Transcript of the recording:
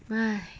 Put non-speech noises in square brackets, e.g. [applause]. [breath]